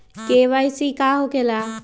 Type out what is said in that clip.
KYC का हो के ला?